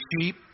sheep